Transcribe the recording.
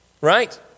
right